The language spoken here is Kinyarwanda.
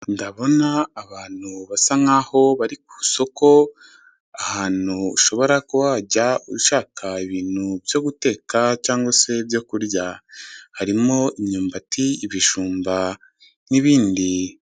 Ndabona abantu basa nkaho bari ku isoko ahantu ushobora ku wajya ushaka ibintu byo guteka cyangwa se byoku kurya, harimo imyumbati, ibijumba n'ibindi.